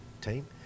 team